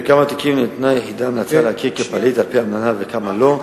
בכמה תיקים נתנה היחידה המלצה להכיר כפליט על-פי האמנה ובכמה לא?